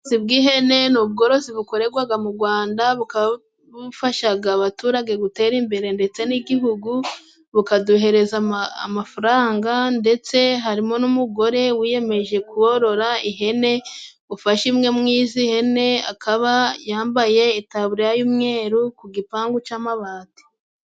Ubworozi bw'ihene ni ubworozi bukoreregwaga mu Gwanda, bukaba bufashaga abaturage gutera imbere ndetse n'Igihugu, bukaduhereza amafaranga ,ndetse harimo n'umugore wiyemeje korora ihene ufashe imwe mu izi hene, akaba yambaye itaburiya y'umweru ku gipangu c'amabati.